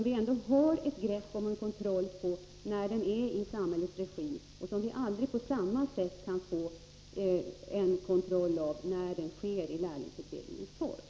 Vi har kontroll över den då den bedrivs i samhällets regi. Vi kan dock aldrig få samma kontroll över den då den sker i lärlingsutbildningens form.